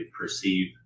perceive